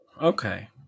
Okay